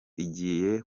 igiye